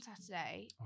Saturday